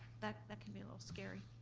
that that can be a little scary,